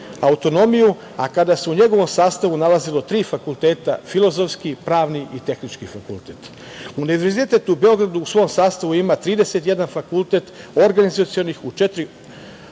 autonomiju, a kada se u njegovom sastavu nalazilo tri fakulteta, Filozofski, Pravni i Tehnički fakultet. Univerzitet u Beogradu u svom sastavu ima 31. fakultet, organizacionih u četiri